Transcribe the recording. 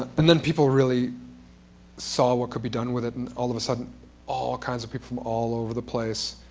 and then people really saw what could be done with it. and all of sudden all kinds of people from all over the place